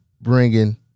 bringing